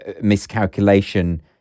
miscalculation